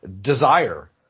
Desire